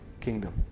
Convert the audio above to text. Kingdom